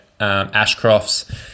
Ashcrofts